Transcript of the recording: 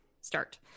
start